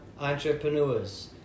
entrepreneurs